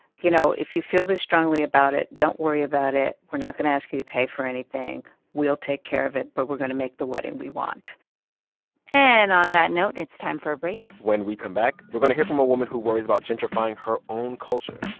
you know, if you feel this strongly about it, don't worry about it. we're not going to ask you to pay for anything. we'll take care of it, but we're going to make the wedding we want and on that note, it's time for a break when we come back, we're going to hear from a woman who worries about gentrifying her own culture.